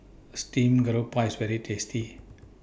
Steamed Garoupa IS very tasty